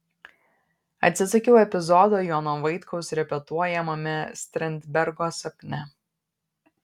atsisakiau epizodo jono vaitkaus repetuojamame strindbergo sapne